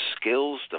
skills